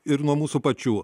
ir nuo mūsų pačių